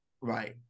right